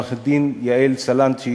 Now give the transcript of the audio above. עורכת-דין יעל סלנט,